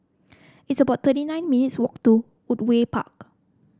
it's about thirty nine minutes' walk to Woodleigh Park